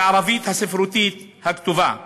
הערבית הספרותית הכתובה.